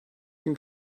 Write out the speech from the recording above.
gün